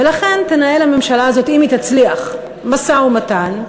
ולכן תנהל הממשלה הזאת, אם היא תצליח, משא-ומתן.